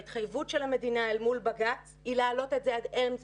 וההתחייבות של המדינה אל מול בג"ץ היא להעלות את זה עד אמצע